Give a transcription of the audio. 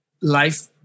life